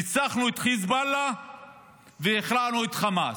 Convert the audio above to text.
ניצחנו את חיזבאללה והכרענו את חמאס.